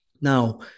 Now